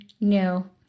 no